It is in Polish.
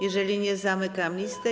Jeżeli nie, zamykam listę.